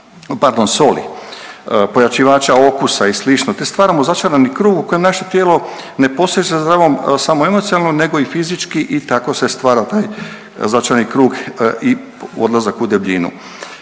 pardon soli, pojačivača okusa i slično te stvaramo začarani krug u kojem naše tijelo ne poseže za ovom samo emocionalno nego i fizički i tako se stvara taj začarani krug i odlazak u debljinu.